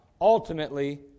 ultimately